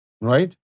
right